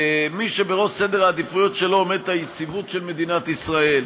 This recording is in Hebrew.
מי שבראש סדר העדיפויות שלו עומדת היציבות של מדינת ישראל,